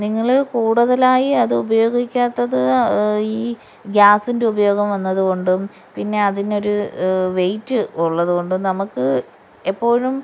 നിങ്ങൾ കൂട്തലായി അതുപയോഗിക്കാത്തത് ഈ ഗ്യാസിൻറ്റുപയോഗം വന്നത് കൊണ്ടും പിന്നെ അതിനൊരു വെയ്റ്റ് ഉള്ളത് കൊണ്ടും നമുക്ക് എപ്പോഴും